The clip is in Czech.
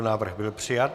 Návrh byl přijat.